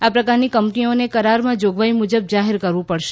આ પ્રકારની કંપનીઓને કરારમાં જોગવાઇ મુજબ જાહેર કરવું પડશે